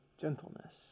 gentleness